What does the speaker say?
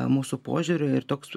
mūsų požiūriu ir toks